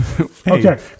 Okay